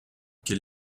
quel